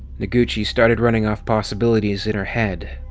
noguchi started running off possibilities in her head.